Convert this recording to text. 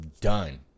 done